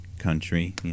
Country